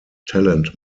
talent